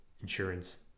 insurance